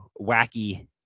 wacky